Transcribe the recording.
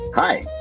Hi